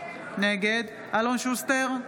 נגד אלון שוסטר,